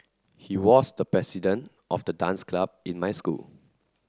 he was the president of the dance club in my school